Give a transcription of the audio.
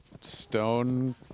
stone